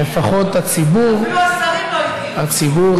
אפילו השרים לא הגיעו.